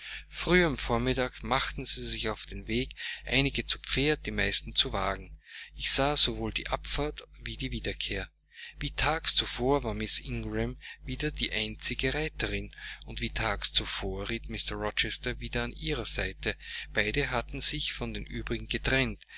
früh am vormittag machten sie sich auf den weg einige zu pferd die meisten zu wagen ich sah sowohl die abfahrt wie die wiederkehr wie tags zuvor war miß ingram wieder die einzige reiterin und wie tags zuvor ritt mr rochester wieder an ihrer seite beide hatten sich von den übrigen getrennt